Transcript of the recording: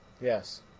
yes